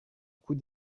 coup